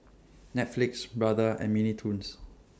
Netflix Brother and Mini Toons